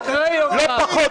לא פחות.